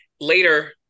later